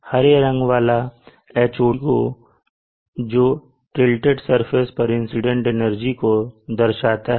हरे रंग वाला Hot है जो टीलटेड सरफेस पर इंसीडेंट एनर्जी को दर्शाता है